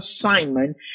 assignment